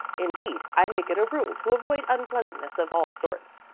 indeed, i make it a rule to avoid unpleasantness of all sorts,